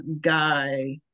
guy